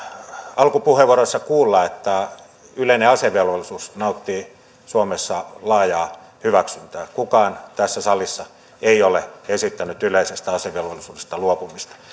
alkupuheenvuoroissa kuulla että yleinen asevelvollisuus nauttii suomessa laajaa hyväksyntää kukaan tässä salissa ei ole esittänyt yleisestä asevelvollisuudesta luopumista